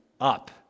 up